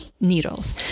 needles